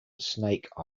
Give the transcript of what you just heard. snake